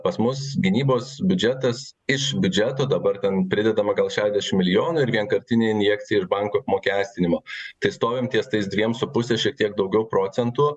pas mus gynybos biudžetas iš biudžeto dabar ten pridedama gal šešiasdešim milijonų ir vienkartinė injekcija iš bankų apmokestinimo tai stovim ties tais dviem su puse šiek tiek daugiau procentų